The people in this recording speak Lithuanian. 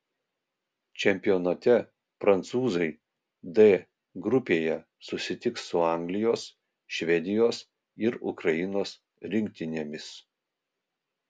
čempionate prancūzai d grupėje susitiks su anglijos švedijos ir ukrainos rinktinėmis